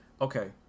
okay